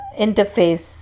interface